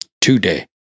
Today